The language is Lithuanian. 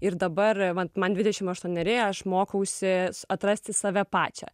ir dabar man man dvidešimt aštuoneri aš mokausi atrasti save pačią